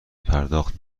پرداخت